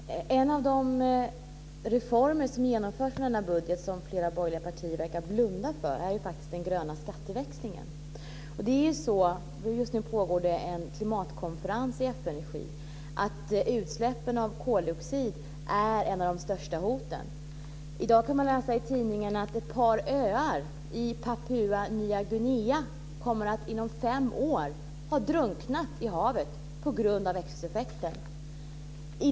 Fru talman! En av de reformer som genomförts i denna budget och som flera borgerliga partier verkar blunda för är faktiskt den gröna skatteväxlingen. Just nu pågår en klimatkonferens i FN:s regi. Utsläppen av koldioxid är ett av de största hoten. I dag kan man läsa i tidningen att ett par öar i Papua Nya Guinea inom fem år kommer att ha drunknat i havet på grund av växthuseffekten.